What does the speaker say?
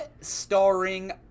starring